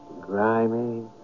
grimy